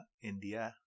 India